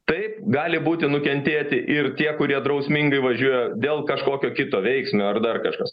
taip gali būti nukentėti ir tie kurie drausmingai važiuoja dėl kažkokio kito veiksmo ar dar kažkas